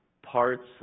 Parts